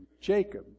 Jacob